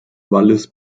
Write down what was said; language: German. wallis